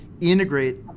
integrate